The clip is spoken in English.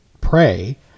pray